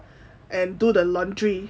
and do the laundry